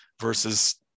versus